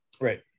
Right